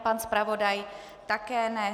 Pan zpravodaj také ne.